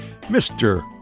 Mr